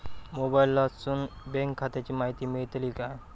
मोबाईलातसून बँक खात्याची माहिती मेळतली काय?